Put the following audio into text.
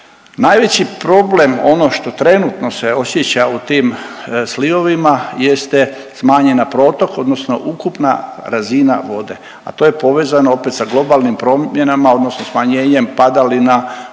Najveći problem ono što trenutno se osjeća u tim slivovima jeste smanjena protok odnosno ukupna razina vode, a to je povezano opet sa globalnim promjenama odnosno smanjenjem padalina u